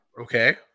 Okay